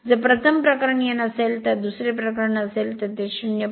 जर प्रथम प्रकरण n असेल तर तर दुसरे प्रकरण असेल तर ते 0